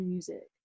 Music